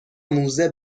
موزه